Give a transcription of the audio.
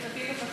מה